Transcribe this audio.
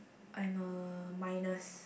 I'm a minus